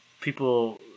people